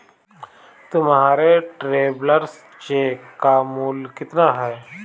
तुम्हारे travellers cheque का मूल्य कितना है?